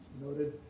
noted